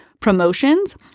promotions